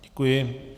Děkuji.